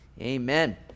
Amen